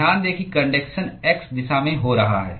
ध्यान दें कि कन्डक्शन x दिशा में हो रहा है